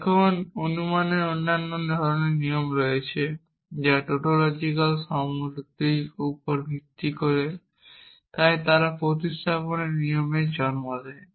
এখন অনুমানের অন্যান্য ধরণের নিয়ম রয়েছে যা টোটোলজিকাল সমতুলতার উপর ভিত্তি করে এবং তারা প্রতিস্থাপনের নিয়মের জন্ম দেয়